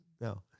No